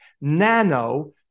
nano